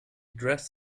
dress